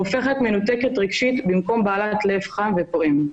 הופכת מנותקת רגשית במקום בעלת לב חם ופועם,